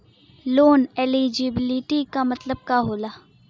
Loan eligibility का मतलब का होला?